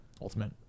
Ultimate